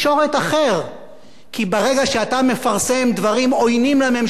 כי ברגע שאתה מפרסם דברים עוינים לממשלה או לשר פלוני,